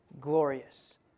glorious